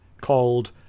called